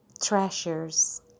treasures